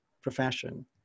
profession